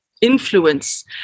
influence